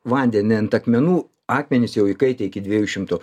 vandenį ant akmenų akmenys jau įkaitę iki dviejų šimtų